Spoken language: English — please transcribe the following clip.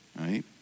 right